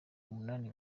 umunani